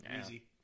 Easy